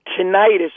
tinnitus